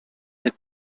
had